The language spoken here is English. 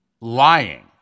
lying